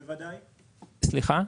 סליחה?